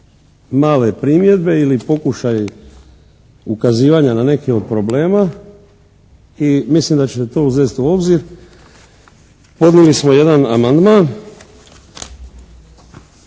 male primjedbe ili pokušaji ukazivanja na neke od problema i mislim da ćete to uzeti u obzir. Podnijeli smo jedan amandman,